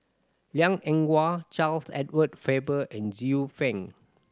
Liang Eng Hwa Charles Edward Faber and Xiu Fang